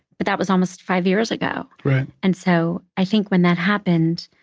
but that was almost five years ago. right. and so i think when that happened,